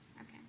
Okay